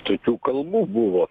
tokių kalbų buvo